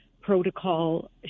protocol